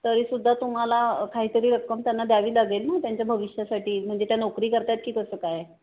तरी सुद्धा तुम्हाला काही तरी रक्कम त्यांना द्यावी लागेल ना त्यांच्या भविष्यासाठी म्हणजे त्या नोकरी करत आहेत की कसं काय